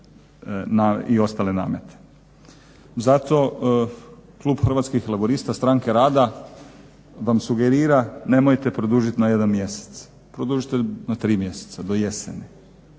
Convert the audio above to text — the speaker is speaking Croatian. i ostale namete. Zato Klub Hrvatskih laburista stranke rada vam sugerira nemojte produžiti na 1 mjesec, produžite na 3 mjeseca do jeseni.